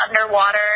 underwater